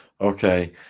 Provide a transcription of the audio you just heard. Okay